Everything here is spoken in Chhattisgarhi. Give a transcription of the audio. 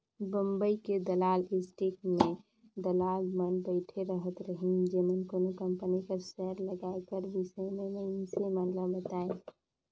बंबई के दलाल स्टीक में दलाल मन बइठे रहत रहिन जेमन कोनो कंपनी कर सेयर लगाए कर बिसे में मइनसे मन ल बतांए